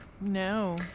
No